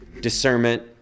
discernment